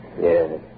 Yes